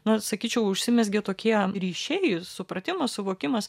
na sakyčiau užsimezgė tokie ryšiai supratimas suvokimas